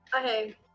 Okay